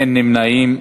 אין נמנעים.